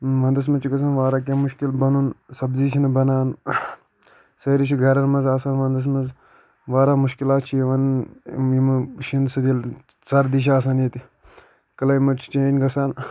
ونٛدَس منٛز چھُ گژھان واریاہ کیٚنٛہہ مُشکِل بَنُن سبزی چھِنہٕ بَنان سٲری چھِ گَرَن منٛز آسان وَنٛدَس منٛز واریاہ مُشکِلات چھِ یِوان یِمہٕ شیٖن سۭتۍ ییٚلہِ سردی چھِ آسان ییٚتہِ کِلایمیٹ چھُ چینٛج گژھان